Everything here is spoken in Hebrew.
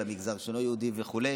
על המגזר שאינו יהודי וכו',